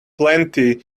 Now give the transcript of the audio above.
plenty